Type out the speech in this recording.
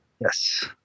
Yes